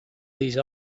these